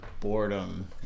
boredom